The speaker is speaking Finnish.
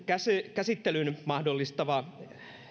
käsittelyn mahdollistava